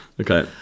Okay